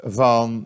van